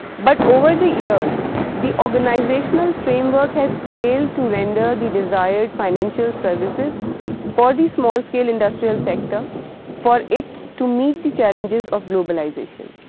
but over the years, the organisational framework has failed to render the desired financial services for the small scale industrial sector for it to meet the challenges of globalisation.